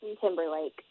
Timberlake